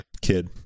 kid